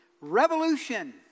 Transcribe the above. Revolution